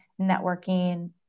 networking